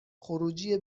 خروجی